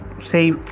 say